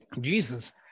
Jesus